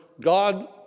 God